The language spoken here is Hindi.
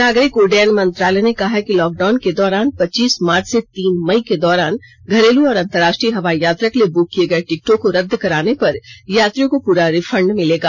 नागरिक उड्डयन मंत्रालय ने कहा है कि लॉकडाउन के दौरान पच्चीस मार्च से तीन मई के दौरान घरेलू और अंतर्राष्ट्रीय हवाई यात्रा के लिए बुक किए गए टिकटों को रद्द कराने पर यात्रियों को पूरा रिफंड मिलेगा